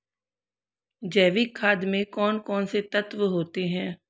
जैविक खाद में कौन कौन से तत्व होते हैं?